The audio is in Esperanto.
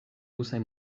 rusaj